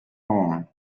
horn